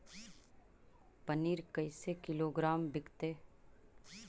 पनिर कैसे किलोग्राम विकतै?